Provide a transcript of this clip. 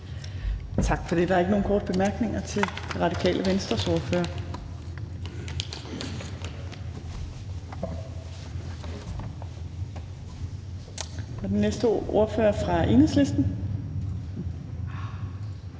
Tak for det. Der er ikke nogen korte bemærkninger til Det Radikale Venstres ordfører. Den næste ordfører er fra Enhedslisten,